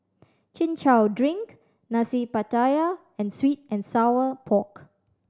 Chin Chow drink Nasi Pattaya and sweet and sour pork